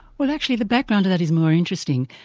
well actually the background to that is more interesting.